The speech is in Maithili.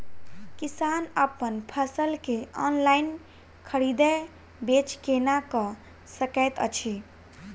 किसान अप्पन फसल केँ ऑनलाइन खरीदै बेच केना कऽ सकैत अछि?